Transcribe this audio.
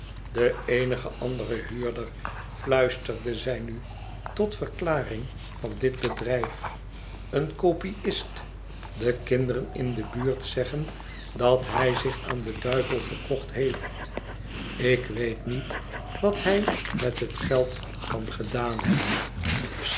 de eonige andere huurder fluisterde zij nu tot verklaring van dit bedrijf een kopiist de kinderen in de buurt zeggen dat hij zich aan den duivel verkocht heeft ik weet niet wat hij met het geld kan gedaan hebben